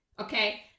okay